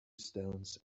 stones